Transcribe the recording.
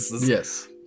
yes